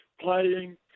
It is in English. playing